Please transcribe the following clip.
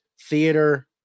theater